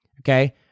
okay